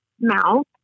mouth